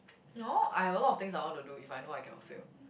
no I have a lot of things I want to do if I know I cannot fail